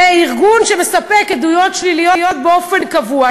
זה ארגון שמספק עדויות שליליות באופן קבוע.